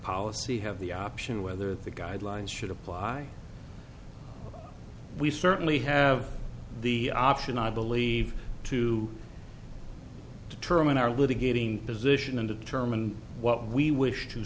policy have the option whether the guidelines should apply we certainly have the option i believe to determine our litigating position and determine what we wish to